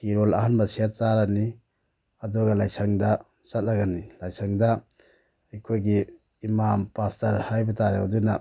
ꯐꯤꯔꯣꯜ ꯑꯍꯟꯕ ꯁꯦꯠ ꯆꯥꯔꯅꯤ ꯑꯗꯨꯒ ꯂꯥꯏꯁꯪꯗ ꯆꯠꯂꯒꯅꯤ ꯂꯥꯏꯁꯪꯗ ꯑꯩꯈꯣꯏꯒꯤ ꯏꯝꯃꯥꯝ ꯄꯥꯁꯇꯔ ꯍꯥꯏꯕ ꯇꯥꯔꯦ ꯑꯗꯨꯅ